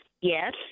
Yes